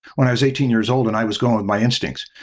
when i was eighteen years old and i was going with my instincts.